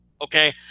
Okay